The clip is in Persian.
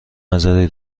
نظری